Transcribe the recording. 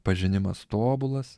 pažinimas tobulas